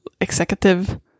executive